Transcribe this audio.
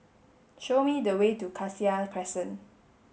show me the way to Cassia Crescent